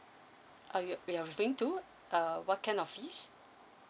uh you're you're referring to err what kind of fees